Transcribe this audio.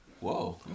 Whoa